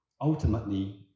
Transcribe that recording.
Ultimately